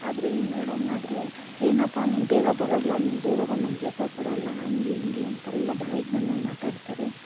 ಆದರೆ ಈ ಮೇಡಮ್ನಾದರೆ ಏನಪ್ಪಾ ನೀನು ಬೇಗ ಬರಲ್ಲ ನೀನು ಬೇಗ ಬಂದು ನಮ್ಗೆ ಲೆಕ್ಕ ಕೊಡಲ್ಲ ಹಂಗೆ ಹಿಂಗೆ ಅಂತೆಲ್ಲ ಬಾಯಿಗೆ ಬಂದಂಗೆ ಮಾತಾಡ್ತಾರೆ